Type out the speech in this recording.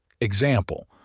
Example